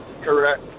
Correct